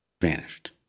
vanished